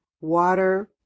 water